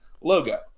logo